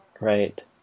right